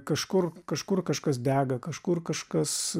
kažkur kažkur kažkas dega kažkur kažkas